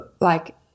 like-